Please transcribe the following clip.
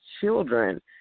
children